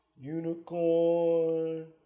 Unicorn